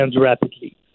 rapidly